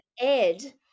Ed